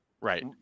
Right